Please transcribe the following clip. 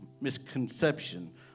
misconception